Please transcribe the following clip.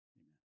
amen